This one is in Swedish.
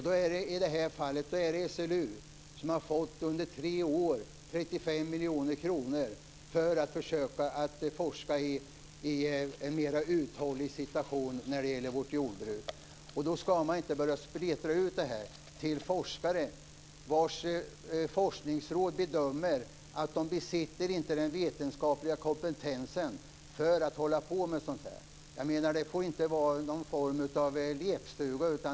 Då är det i det här fallet SLU som under tre år har fått 35 miljoner kronor för att försöka forska i en mer uthållig situation när det gäller vårt jordbruk. Då ska man inte börja smeta ut det här till forskare vilkas forskningsråd bedömer att de inte besitter den vetenskapliga kompetensen för att hålla på med sådant här. Jag menar att det inte få vara någon form av lekstuga.